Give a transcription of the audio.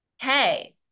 hey